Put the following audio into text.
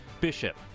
Bishop